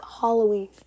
Halloween